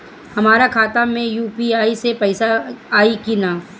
हमारा खाता मे यू.पी.आई से पईसा आई कि ना?